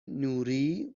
نوری